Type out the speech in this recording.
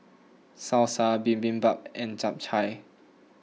Salsa Bibimbap and Japchae